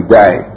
die